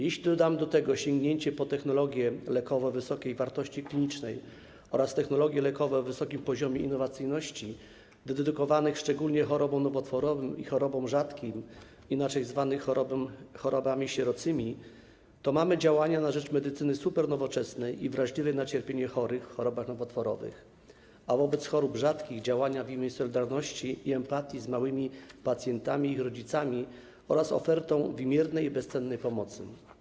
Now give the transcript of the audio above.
Jeśli dodam do tego sięgnięcie po technologie lekowe wysokiej wartości klinicznej oraz technologie lekowe o wysokim poziomie innowacyjności dedykowane szczególnie chorobom nowotworowym i chorobom rzadkim inaczej zwanym chorobami sierocymi, to mamy działania na rzecz medycyny supernowoczesnej i wrażliwej na cierpienie chorych w chorobach nowotworowych, a wobec chorób rzadkich - działania w imię solidarności i empatii z małymi pacjentami i ich rodzicami oraz ofertę wymiernej i bezcennej pomocy.